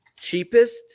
cheapest